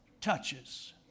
touches